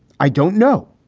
i don't know.